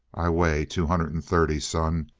i weigh two hundred and thirty, son,